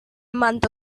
month